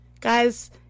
guys